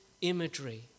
imagery